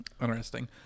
Interesting